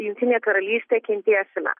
jungtinė karalystė kentėsime